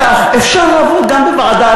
כך: אפשר לבוא גם בוועדה.